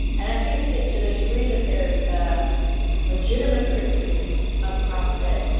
and i think to to the degree that there is a legitimate critic of crossfit,